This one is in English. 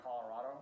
Colorado